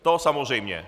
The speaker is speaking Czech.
To samozřejmě.